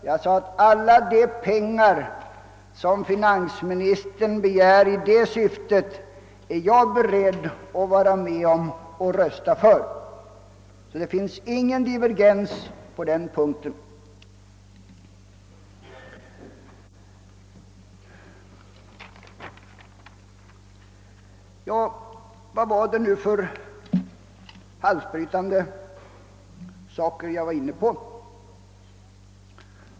Jag sade att jag var beredd att rösta för att finansministern får alla de pengar som han begär i det syftet. Det råder ingen divergens på den punkten. Vad var det nu för halsbrytande saker jag var inne på?